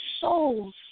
souls